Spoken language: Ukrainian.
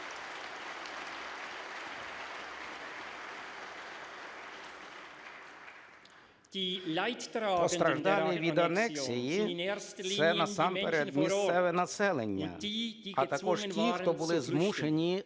Постраждалі від анексії – це насамперед місцеве населення, а також ті, хто були змушені